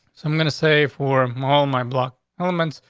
so i'm going to say form all my block elements.